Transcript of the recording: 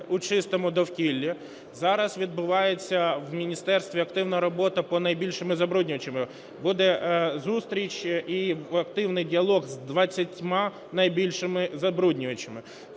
у чистому довкіллі, зараз відбувається в міністерстві активна робота по найбільшим забруднюючим. Буде зустріч і активний діалог з 20 найбільшими забруднювачами.